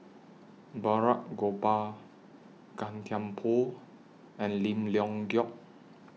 Balraj Gopal Gan Thiam Poh and Lim Leong Geok